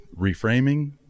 reframing